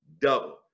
double